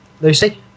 Lucy